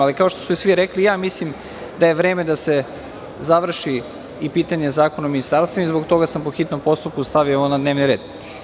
Kao što su svi rekli, i ja mislim da je vreme da se završi i pitanje Zakona o ministarstvima i zbog toga sam po hitnom postupku stavio ovo na dnevni red.